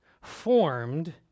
formed